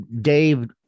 Dave